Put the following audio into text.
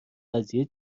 قضیه